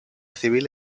civil